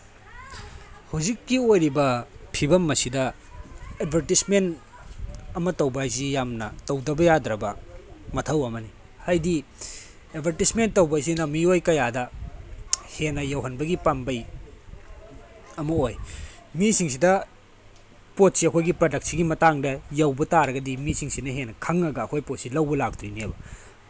ꯍꯧꯖꯤꯛꯀꯤ ꯑꯣꯏꯔꯤꯕ ꯐꯤꯕꯝ ꯑꯁꯤꯗ ꯑꯦꯠꯚꯔꯇꯤꯁꯃꯦꯟ ꯑꯃ ꯇꯧꯕ ꯍꯥꯏꯁꯤ ꯌꯥꯝꯅ ꯇꯧꯗꯕ ꯌꯥꯗ꯭ꯔꯕ ꯃꯊꯧ ꯑꯃꯅꯤ ꯍꯥꯏꯗꯤ ꯑꯦꯠꯚꯔꯇꯤꯁꯃꯦꯟ ꯇꯧꯕ ꯍꯥꯏꯁꯤꯅ ꯃꯤꯑꯣꯏ ꯀꯌꯥꯗ ꯍꯦꯟꯅ ꯌꯧꯍꯟꯕꯒꯤ ꯄꯥꯝꯕꯩ ꯑꯃ ꯑꯣꯏ ꯃꯤꯁꯤꯡꯁꯤꯗ ꯄꯣꯠꯁꯦ ꯑꯩꯈꯣꯏꯒꯤ ꯄ꯭ꯔꯗꯛꯁꯤꯒꯤ ꯃꯇꯥꯡꯗ ꯌꯧꯕ ꯇꯥꯔꯒꯗꯤ ꯃꯤꯁꯤꯡꯁꯤꯅ ꯍꯦꯟꯅ ꯈꯪꯉꯒ ꯑꯩꯈꯣꯏ ꯄꯣꯠꯁꯤ ꯂꯧꯕ ꯂꯥꯛꯇꯣꯏꯅꯦꯕ